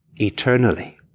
eternally